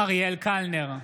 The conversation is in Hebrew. אריאל קלנר,